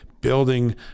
building